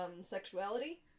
sexuality